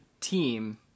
team